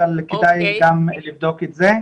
אבל כדאי גם לבדוק את זה.